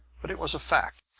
but it was a fact.